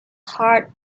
heart